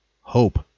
Hope